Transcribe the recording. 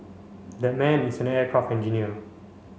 that man is an aircraft engineer